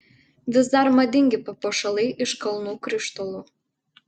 vis dar madingi papuošalai iš kalnų krištolų